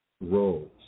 roles